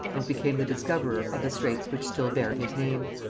and became the discoverer of the straits which still bear his name.